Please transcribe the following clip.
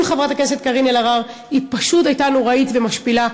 חברת הכנסת קארין אלהרר היא פשוט הייתה נוראית ומשפילה.